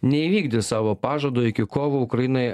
neįvykdė savo pažado iki kovo ukrainai